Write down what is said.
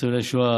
ניצולי שואה,